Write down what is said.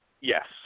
Yes